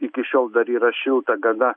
iki šiol dar yra šilta gana